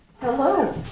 Hello